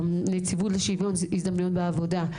הנציבות לשוויון הזדמנויות בעבודה,